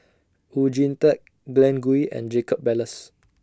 Oon Jin Teik Glen Goei and Jacob Ballas